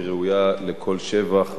היא ראויה לכל שבח,